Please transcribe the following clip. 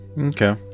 Okay